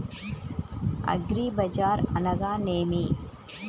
అగ్రిబజార్ అనగా నేమి?